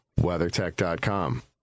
WeatherTech.com